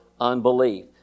unbelief